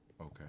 Okay